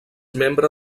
membre